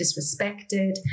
disrespected